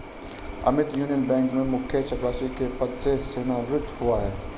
अमित यूनियन बैंक में मुख्य चपरासी के पद से सेवानिवृत हुआ है